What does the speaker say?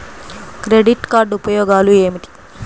Credit card ఉపయోగాలు ఏమిటి?